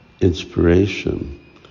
inspiration